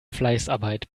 fleißarbeit